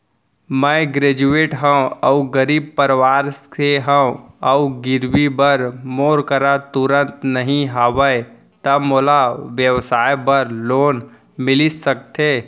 मैं ग्रेजुएट हव अऊ गरीब परवार से हव अऊ गिरवी बर मोर करा तुरंत नहीं हवय त मोला व्यवसाय बर लोन मिलिस सकथे?